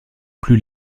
plus